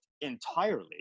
entirely